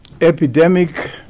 epidemic